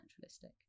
naturalistic